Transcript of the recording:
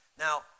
Now